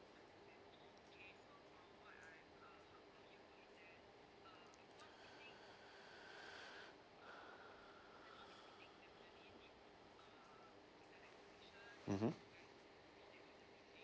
mmhmm